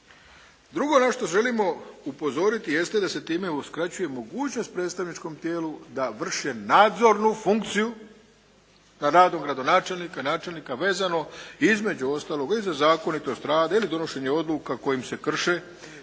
Drugo na što želimo upozoriti jeste da se time uskraćuje mogućnost predstavničkom tijelu da vrše nadzornu funkciju na rad gradonačelnika, načelnika, vezano između ostalog i za zakonitost rada ili donošenje odluka kojim se krše